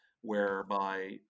whereby